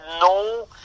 no